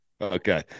Okay